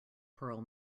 pearl